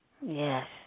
Yes